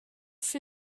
for